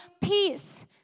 peace